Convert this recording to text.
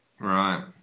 Right